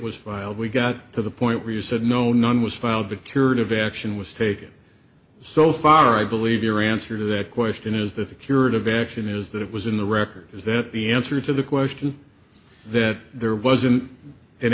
was filed we got to the point where you said no none was filed the curative action was taken so far i believe your answer to that question is that the curative action is that it was in the record is that the answer to the question that there wasn't an